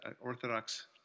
Orthodox